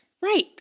Right